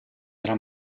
della